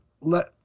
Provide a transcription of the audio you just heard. let